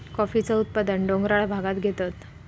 कॉफीचा उत्पादन डोंगराळ भागांत घेतत